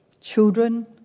Children